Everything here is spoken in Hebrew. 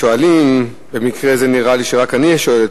שואלים, במקרה זה, נראה לי שרק אני השואל.